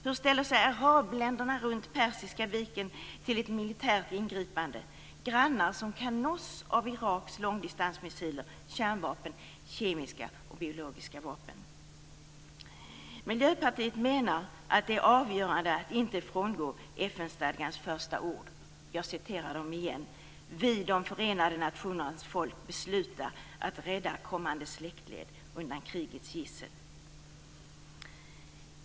Hur ställer sig arabländerna runt Persiska viken till ett militärt ingripande, grannar som kan nås av Iraks långdistansmissiler, kärnvapen, kemiska och biologiska vapen? Miljöpartiet menar att det är avgörande att inte frångå FN-stadgans första ord: "Vi de förenade nationernas folk, besluta, att rädda kommande släktled undan krigets gissel."